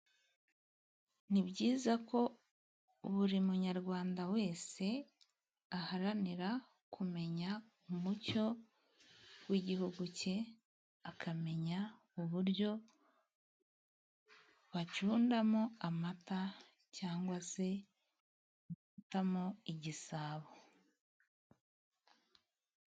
Ni byiza ko buri munyarwanda wese aharanira kumenya umuco w'Igihugu ke, akamenya uburyo bacundamo amata, cyangwa se bahitamo igisabo.